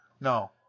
No